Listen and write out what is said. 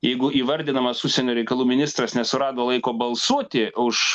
jeigu įvardinamas užsienio reikalų ministras nesurado laiko balsuoti už